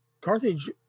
Carthage